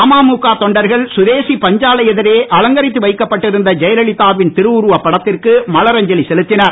அமமுக தொண்டர்கள் சுதேசி பஞ்ஞசாலை வைக்கப்பட்டிருந்த ஜெயலலிதாவின் திருவுருவப் படத்திற்கு மலரஞ்சலி செலுத்தினர்